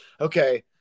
okay